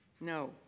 No